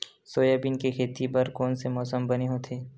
Soybean के खेती बर कोन से मौसम बने होथे?